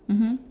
mmhmm